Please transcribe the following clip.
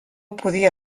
podia